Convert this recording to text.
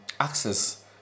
access